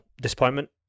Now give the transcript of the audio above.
disappointment